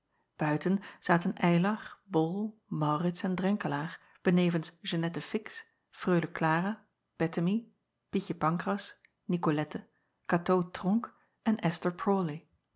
zaten ylar ol aurits en renkelaer benevens acob van ennep laasje evenster delen eannette ix reule lara ettemie ietje ancras icolette atoo ronck en